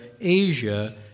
Asia